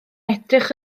edrych